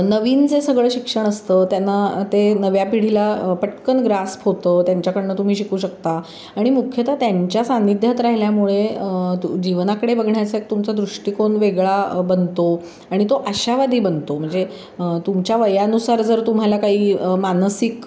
नवीन जे सगळं शिक्षण असतं त्यांना ते नव्या पिढीला पटकन ग्रास्प होतं त्यांच्याकडून तुम्ही शिकू शकता आणि मुख्यतः त्यांच्या सानिध्यात राहिल्यामुळे तु जीवनाकडे बघण्याचा तुमचा दृष्टिकोन वेगळा बनतो आणि तो आशावादी बनतो म्हणजे तुमच्या वयानुसार जर तुम्हाला काही मानसिक